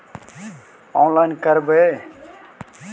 Online करवे?